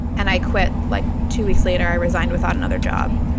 and i quit like two weeks later. i resigned without another job